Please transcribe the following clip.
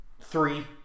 Three